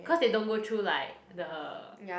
cause they don't go through like the